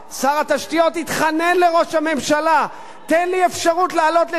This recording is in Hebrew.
התחנן לראש הממשלה: תן לי אפשרות להעלות לדיון בממשלה,